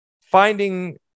finding